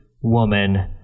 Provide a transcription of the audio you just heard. woman